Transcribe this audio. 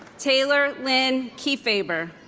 taylor lynn kiefaber